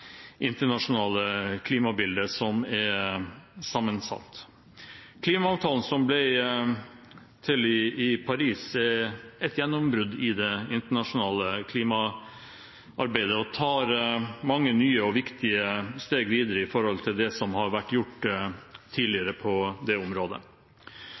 internasjonale klimabildet, som er sammensatt. Klimaavtalen som ble til i Paris, er et gjennombrudd i det internasjonale klimaarbeidet og tar mange nye og viktige steg videre i forhold til det som har vært gjort tidligere på det området.